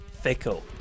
Fickle